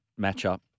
matchup